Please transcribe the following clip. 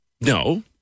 No